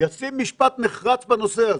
ישים משפט נחרץ בנושא הזה.